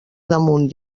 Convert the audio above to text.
damunt